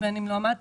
בין אם לא עמדת.